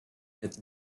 het